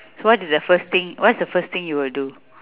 so what is the first thing what's the first thing you will do